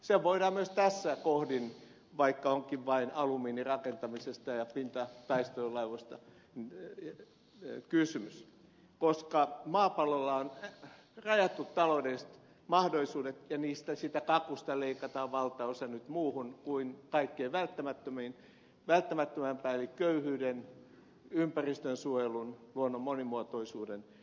se voidaan myös tässä kohdin todeta vaikka onkin vain alumiinirakentamisesta ja pintataistelulaivoista kysymys koska maapallolla on rajatut taloudelliset mahdollisuudet ja siitä kakusta leikataan nyt valtaosa muuhun kuin kaikkein välttämättömimpään eli köyhyyden torjuntaan ympäristönsuojeluun luonnon monimuotoisuuden edistämiseen ja suojeluun